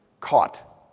Caught